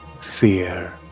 fear